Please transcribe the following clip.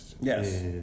Yes